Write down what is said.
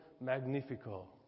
Magnifico